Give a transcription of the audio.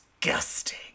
disgusting